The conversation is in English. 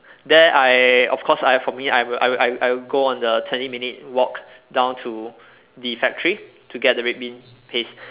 there I of course I for me I will I will I will go on the twenty minute walk down to the factory to get the red bean paste